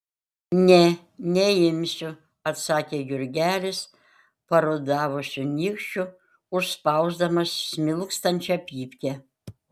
ne neimsiu atsakė jurgelis parudavusiu nykščiu užspausdamas smilkstančią pypkę